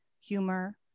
humor